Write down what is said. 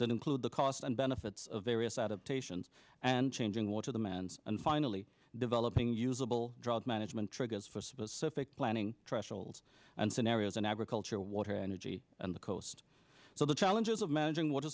that include the cost and benefits of various adaptations and changing water the men's and finally developing usable drop management triggers for specific planning trash old and scenarios in agriculture water energy and the coast so the challenges of managing water